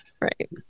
right